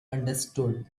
understood